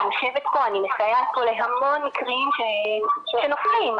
אני יושבת כאן ומסייעת להמון מקרים שהם נופלים,